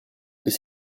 bis